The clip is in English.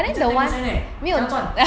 你这样 ten percent leh 怎么赚